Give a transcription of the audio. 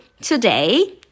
today